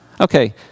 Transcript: Okay